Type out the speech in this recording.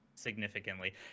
significantly